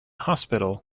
hospital